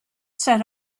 sat